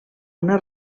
una